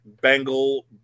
Bengal